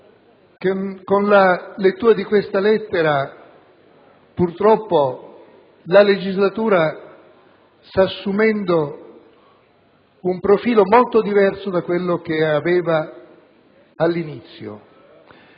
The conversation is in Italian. con la lettura di questa lettera purtroppo la legislatura sta assumendo un profilo molto diverso da quello che aveva all'inizio.